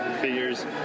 figures